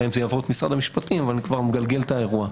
נראה אם זה יעבור את משרד המשפטים אבל אני כבר מגלגל את האירוע.